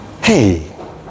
hey